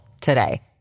today